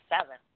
seven